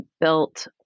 built